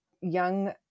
young